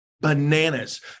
bananas